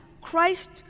Christ